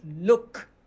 look